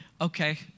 Okay